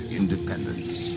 independence